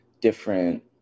different